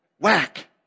Whack